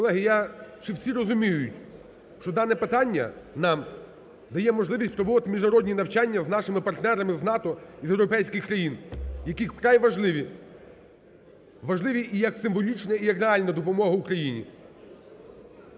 Колеги, чи всі розуміють, що дане питання нам дає можливість проводити міжнародні навчання з нашими партнерами з НАТО і з європейських країн, які вкрай важливі, важливі і як символічна, і як реальна допомога Україні.